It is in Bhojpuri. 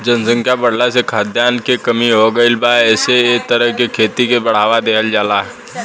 जनसंख्या बाढ़ला से खाद्यान के कमी हो गईल बा एसे एह तरह के खेती के बढ़ावा देहल जाता